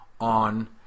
on